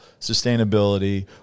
sustainability